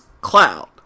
Cloud